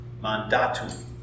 mandatum